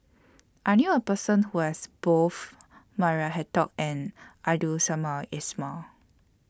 I knew A Person Who has Both Maria Hertogh and Abdul Samad Ismail